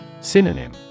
Synonym